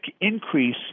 increase